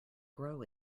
grow